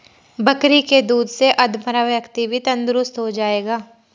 बकरी के दूध से अधमरा व्यक्ति भी तंदुरुस्त हो जाएगा